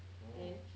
oh